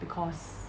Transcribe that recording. because